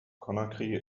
conakry